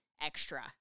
Extra